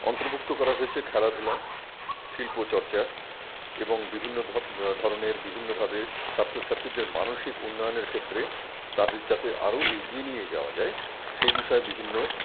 অন্তর্ভুক্ত করা হয়েছে খেলা ধুলা শিল্পচর্চা এবং বিভিন্ন ধরনের বিভিন্নভাবে ছাত্রছাত্রীদের মানসিক উন্নয়নের ক্ষেত্রে তাদের যাতে আরও এগিয়ে নিয়ে যাওয়া যায় সেই বিষয়ে বিভিন্ন